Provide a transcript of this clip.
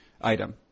item